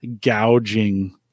gouging